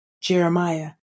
Jeremiah